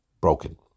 broken